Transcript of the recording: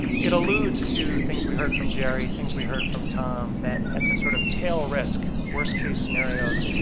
it alludes to things we heard from jerry, things we heard from tom that at this sort of tail risk, worst case scenarios,